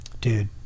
dude